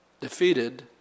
defeated